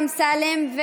במיוחד חבר הכנסת אמסלם,